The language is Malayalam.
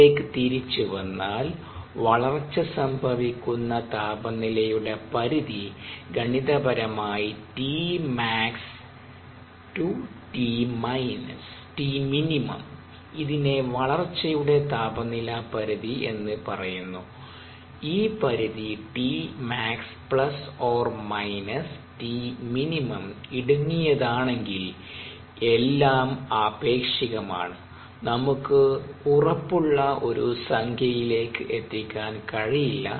ഇതിലേക് തിരിച്ച് വന്നാൽ വളർച്ച സംഭവിക്കുന്ന താപനിലയുടെ പരിധി ഗണിതപരമായി Tmax Tmin ഇതിനെ വളർച്ചയുടെ താപനില പരിധി എന്ന് പറയുന്നു ഈ പരിധി Tmax ± Tmin ഇടുങ്ങിയതാണെങ്കിൽ എല്ലാം ആപേക്ഷികമാണ് നമുക്ക് ഉറപ്പുള്ള ഒരു സംഖ്യയിലേക്ക് എത്തിക്കാൻ കഴിയില്ല